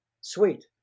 Sweet